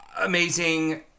amazing